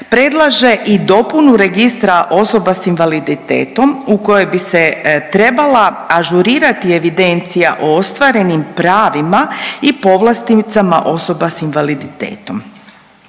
predlaže i dopunu Registra osoba s invaliditetom u kojoj bi se trebala ažurirati evidencija o ostvarenim pravima i povlasticama osoba s invaliditetom,